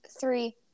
three